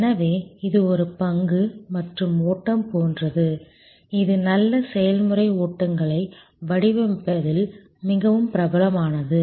எனவே இது ஒரு பங்கு மற்றும் ஓட்டம் போன்றது இது நல்ல செயல்முறை ஓட்டங்களை வடிவமைப்பதில் மிகவும் பிரபலமானது